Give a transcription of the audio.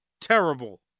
terrible